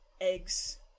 eggs